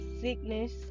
sickness